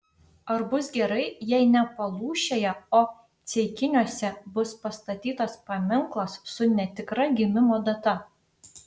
ar bus gerai jei ne palūšėje o ceikiniuose bus pastatytas paminklas su netikra gimimo data